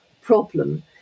problem